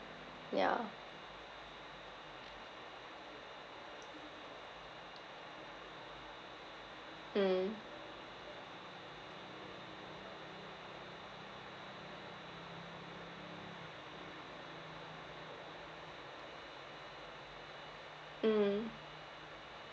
yeah mm mm